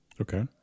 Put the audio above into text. Okay